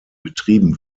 betrieben